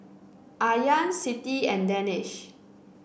Aryan Siti and Danish